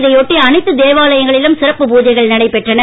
இதைஒட்டி அனைத்துதேவாலயங்களிலும்சிறப்புபூஜைகள்நடைபெற்றன